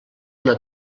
una